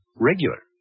regular